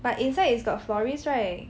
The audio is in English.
but inside it's got florist right